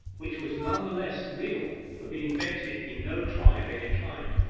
which was none the less real for being vented in no cry of any kind.